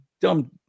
dumb